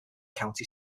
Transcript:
county